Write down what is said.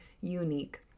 unique